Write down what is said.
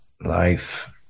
life